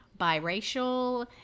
biracial